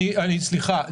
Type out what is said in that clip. סליחה,